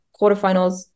quarterfinals